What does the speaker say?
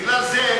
בגלל זה,